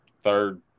third